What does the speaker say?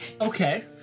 Okay